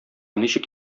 ничек